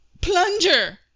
plunger